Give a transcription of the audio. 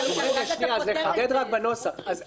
בצלאל,